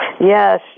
Yes